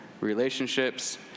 relationships